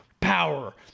power